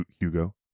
Hugo